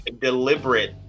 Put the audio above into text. deliberate